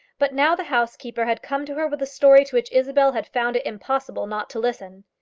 but now the housekeeper had come to her with a story to which isabel had found it impossible not to listen.